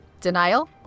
denial